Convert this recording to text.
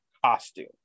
costume